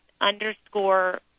underscore